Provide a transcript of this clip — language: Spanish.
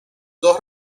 dos